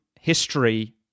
history